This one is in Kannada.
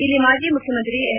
ಇಲ್ಲಿ ಮಾಜಿ ಮುಖ್ಜಮಂತ್ರಿ ಎಸ್